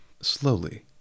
Slowly